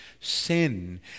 sin